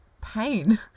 pain